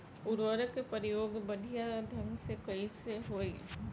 उर्वरक क प्रयोग बढ़िया ढंग से कईसे होई?